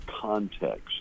context